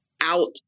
out